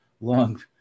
long